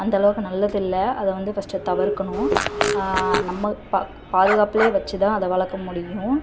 அந்த அளவுக்கு நல்லது இல்லை அதை வந்து ஃபஸ்ட்டு தவிர்க்கணும் நம்ம ப பாதுகாப்புலையே வச்சு தான் அதை வளர்க்க முடியும்